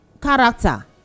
character